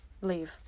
leave